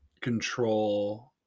control